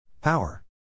Power